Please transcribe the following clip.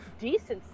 decency